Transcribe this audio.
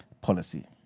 policy